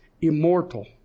immortal